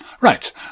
right